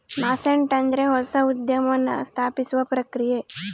nascent ಅಂದ್ರೆ ಹೊಸ ಉದ್ಯಮ ಸ್ಥಾಪಿಸುವ ಪ್ರಕ್ರಿಯೆ